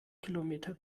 kilometer